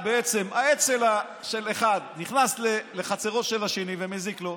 העץ של האחד נכנס לחצרו של השני ומזיק לו,